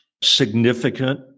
significant